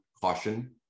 caution